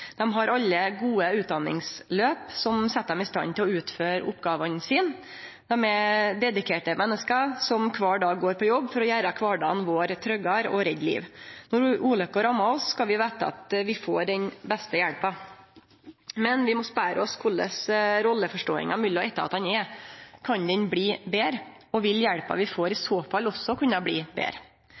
Dei har alle gode utdanningsløp som set dei i stand til å utføre oppgåvene sine. Dette er dedikerte menneske som kvar dag går på jobb for å gjere kvardagen vår tryggare og redde liv. Når ulukka rammar oss, skal vi vite at vi får den beste hjelpa. Men vi må spørje oss korleis rolleforståinga mellom etatane er: Kan den bli betre? Og vil hjelpa vi får, i så fall også kunne bli betre?